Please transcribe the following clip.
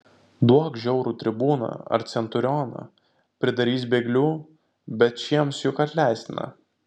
duok žiaurų tribūną ar centurioną pridarys bėglių bet šiems juk atleistina